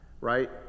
right